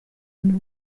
n’u